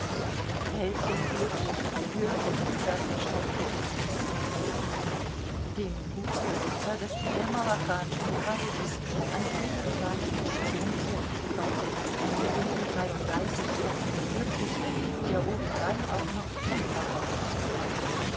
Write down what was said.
welchem glücklichen gehörte dieser versteckte besitz dem gutsbesitzer des tremalachanschen kreises andrej iwanowitsch tjentjetnikow einem jungen dreiunddreißigjährigen glücklichen der obendrein auch noch unverheiratet war